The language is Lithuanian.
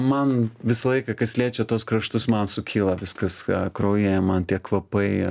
man visą laiką kas liečia tuos kraštus man sukyla viskas ką kraujyje man tie kvapai